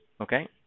okay